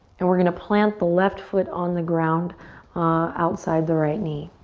and we're gonna plant the left foot on the ground ah outside the right knee.